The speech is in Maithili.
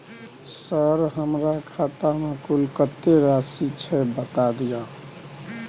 सर हमरा खाता में कुल कत्ते राशि छै बता दिय?